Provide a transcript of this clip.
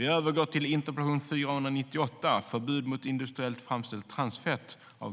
Herr talman!